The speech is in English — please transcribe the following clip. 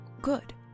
good